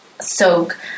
soak